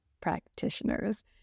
practitioners